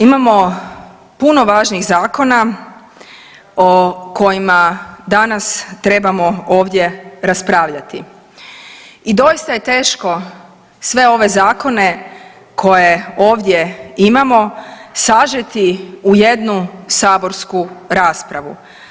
imamo puno važnijih zakona o kojima danas trebamo ovdje raspravljati i doista je teško sve ove zakone koje ovdje imamo sažeti u jednu saborsku raspravu.